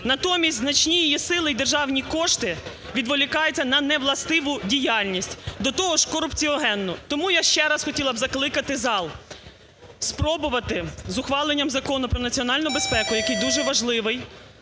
Натомість значні її сили і державні кошти відволікаються на невластиву діяльність, до того ж корупціогенну. Тому я ще раз хотіла б закликати зал спробувати з ухваленням Закону про національну безпеку, який дуже важливий,